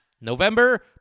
November